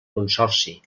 consorci